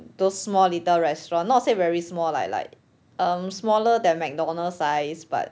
those small little restaurant not say very small like like um smaller than McDonald size but